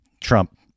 Trump